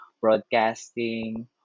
broadcasting